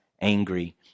angry